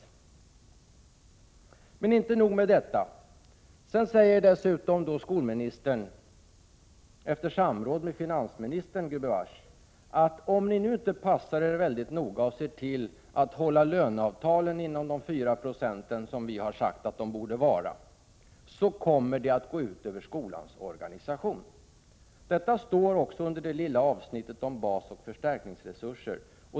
Som om det inte vore nog med detta säger skolministern, efter samråd med finansministern gubevars: Om ni nu inte passar er mycket noga och ser till att hålla löneavtalen inom de 4 26 som vi har sagt att de borde ligga inom, kommer det att gå ut över skolans organisation. Detta framgår också av det lilla avsnittet om basoch förstärkningsresurser.